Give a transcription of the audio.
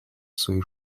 свою